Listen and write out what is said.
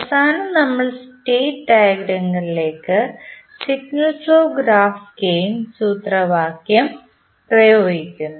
അവസാനം നമ്മൾ സ്റ്റേറ്റ്ഡയഗ്രാമിലേക്ക് സിഗ്നൽ ഫ്ലോ ഗ്രാഫ് ഗേയിൻ സൂത്രവാക്യം പ്രയോഗിക്കുന്നു